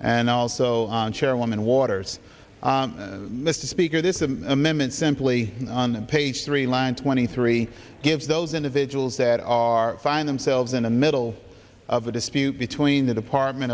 and also chairwoman waters mr speaker this amendment simply on page three line twenty three gives those individuals that are find themselves in the middle of a dispute between the department